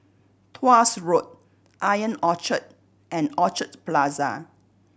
Tuas Road Ion Orchard and Orchard Plaza